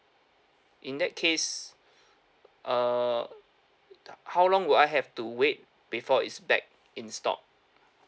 in that case err how long will I have to wait before it's back in stock